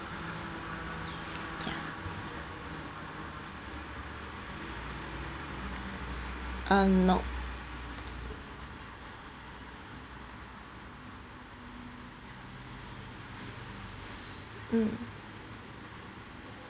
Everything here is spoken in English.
ya um nope mm